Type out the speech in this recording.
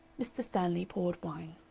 mr. stanley poured wine.